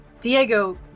Diego